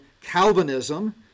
Calvinism